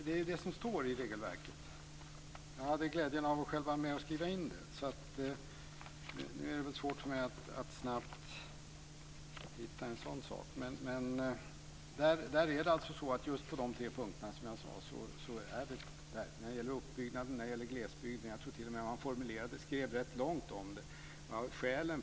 Herr talman! Det står ju i regelverket. Jag hade glädjen att själv vara med att skriva in undantag för de tre punkter som jag talade om. Det skrevs t.o.m. rätt utförligt om skälen.